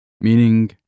Meaning